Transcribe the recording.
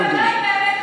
אנחנו יודעים.